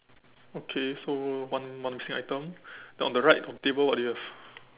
okay so one one missing item then on the right on the table what do you have